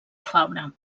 fabra